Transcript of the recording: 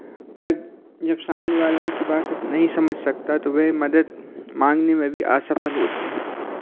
पर जब सामने वाला उनकी बात से नहीं समझ सकता तो वह मदद मांगने में भी असफल होते हैं